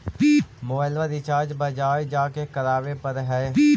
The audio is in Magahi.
मोबाइलवा रिचार्ज बजार जा के करावे पर है?